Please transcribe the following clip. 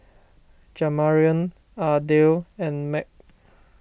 Jamarion Ardell and Meg